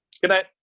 Goodnight